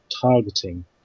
targeting